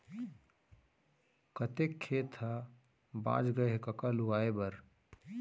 कतेक खेत ह बॉंच गय हे कका लुवाए बर?